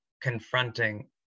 confronting